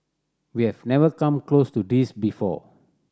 we have never come close to this before